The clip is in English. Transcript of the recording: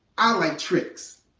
i like tricks.